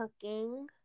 cooking